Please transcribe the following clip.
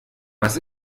was